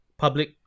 public